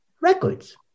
Records